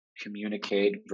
communicate